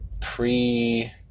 pre